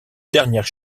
dernière